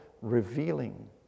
revealing